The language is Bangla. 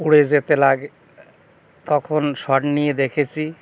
উড়ে যেতে লাগে তখন শট নিয়ে দেখেছি